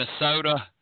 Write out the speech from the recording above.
Minnesota